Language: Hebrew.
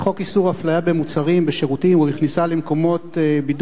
ציבוריים (תיקון, איסור הפליה מחמת מקום מגורים).